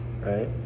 right